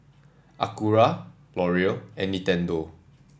Acura L'Oreal and Nintendo